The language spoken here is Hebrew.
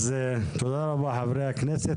אז תודה רבה לחברי הכנסת,